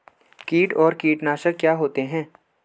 कीट और कीटनाशक क्या होते हैं?